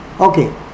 Okay